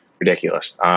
ridiculous